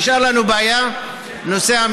נשארה לנו בעיית המכתבים.